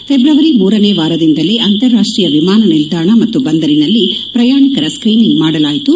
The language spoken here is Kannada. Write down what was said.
ಫೆಬ್ರವರಿ ಮೂರನೇ ವಾರದಿಂದಲೇ ಅಂತಾರಾಷ್ಟೀಯ ವಿಮಾನ ನಿಲ್ದಾಣ ಮತ್ತು ಬಂದರಿನಲ್ಲಿ ಪ್ರಯಾಣಿಕರ ಸ್ಕೀನಿಂಗ್ ಮಾಡಲಾಯಿತು